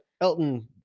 Elton